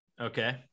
okay